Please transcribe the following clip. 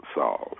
solve